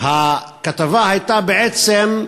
והכתבה הייתה בעצם,